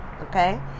Okay